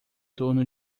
torno